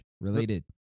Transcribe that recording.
Related